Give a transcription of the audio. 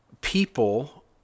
people